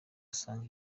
asaga